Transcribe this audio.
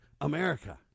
America